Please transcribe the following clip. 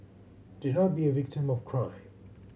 do not be a victim of crime